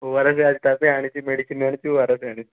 ଓ R S ଆଜି ତା ପାଇଁ ଆଣିଛି ମେଡିସିନ୍ ଆଣିଛି ଓ ଆର୍ ଏସ୍ ଆଣିଛି